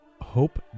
Hope